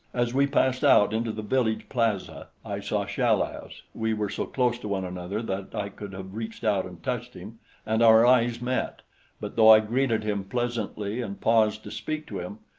as we passed out into the village plaza, i saw chal-az we were so close to one another that i could have reached out and touched him and our eyes met but though i greeted him pleasantly and paused to speak to him,